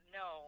no